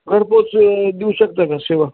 घरपोच देऊ शकता का सेवा